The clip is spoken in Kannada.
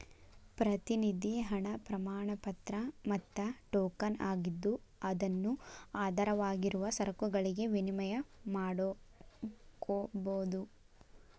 ಪ್ರತಿನಿಧಿ ಹಣ ಪ್ರಮಾಣಪತ್ರ ಮತ್ತ ಟೋಕನ್ ಆಗಿದ್ದು ಅದನ್ನು ಆಧಾರವಾಗಿರುವ ಸರಕುಗಳಿಗೆ ವಿನಿಮಯ ಮಾಡಕೋಬೋದು